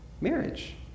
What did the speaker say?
marriage